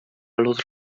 los